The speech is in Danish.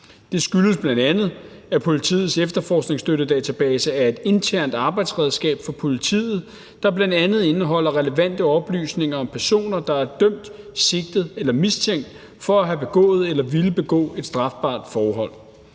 Det skyldes bl.a., at politiets Efterforskningsstøtte Database er et internt arbejdsredskab for politiet, der bl.a. indeholder relevante oplysninger om personer, der er dømt, sigtet eller mistænkt for at have begået eller ville begå et strafbart forhold.